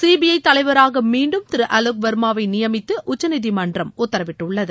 CBI தலைவராக மீண்டும் திரு ஆலோக் வர்மாவை நியமித்து உச்சநீதிமன்றம் உத்தரவிட்டுள்ளது